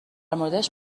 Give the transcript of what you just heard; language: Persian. موردش